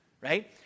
Right